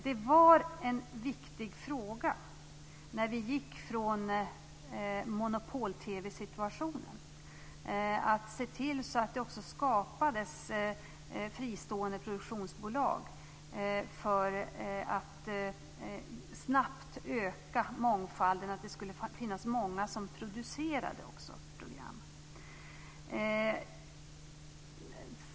Det var en viktig fråga när vi gick från en monopol-TV situation att se till att det också skapades fristående produktionsbolag för att snabbt öka mångfalden, så att det skulle finnas många som producerade program.